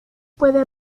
puede